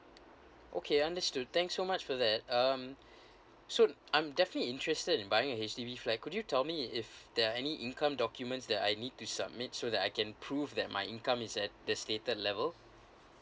okay understood thank so much for that um so I'm definitely interested in buying H_D_B flat could you tell me if there are any income documents that I need to submit so that I can prove that my income is at the stated level